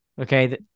Okay